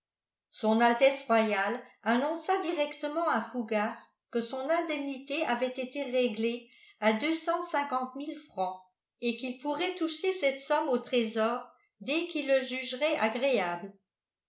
son altesse royale annonça directement à fougas que son indemnité avait été réglée à deux cent cinquante mille francs et qu'il pourrait toucher cette somme au trésor dès qu'il le jugerait agréable